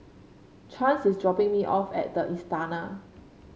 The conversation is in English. Chance is dropping me off at the Istana